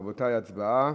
רבותי, הצבעה.